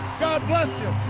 god bless you,